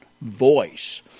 voice